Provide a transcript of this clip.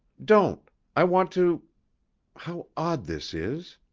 don't i want to how odd this is!